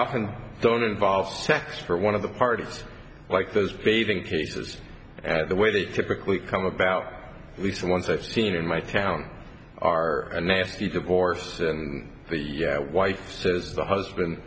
often don't involve sex for one of the parties like those fading cases at the way they typically come about at least the ones i've seen in my town are a nasty divorce and the wife says the husband